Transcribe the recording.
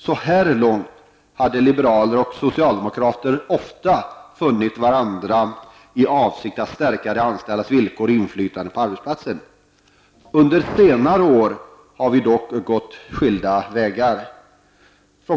Så långt hade liberaler och socialdemokrater ofta funnit varandra i avsikt att stärka de anställdas villkor och inflytande på arbetsplatsen. Under senare år har vi dock gått skilda vägar.